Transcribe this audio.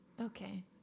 Okay